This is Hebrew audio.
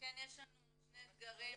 יש לנו שני אתגרים